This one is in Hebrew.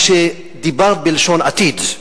רק שדיברת בלשון עתיד.